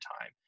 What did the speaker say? time